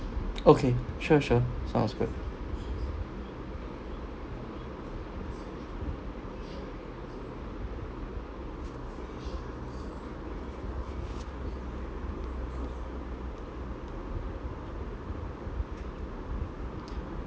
okay sure sure sounds good